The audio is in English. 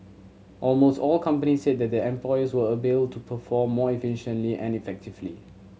almost all companies said that their employees were able to perform more efficiently and effectively